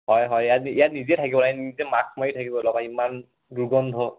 হয় হয় ইয়াত ইয়াত নিজে থাকিব লাগে নিজে মাস্ক মাৰি থাকিব লগা হয় ইমান দুৰ্গন্ধ